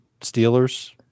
Steelers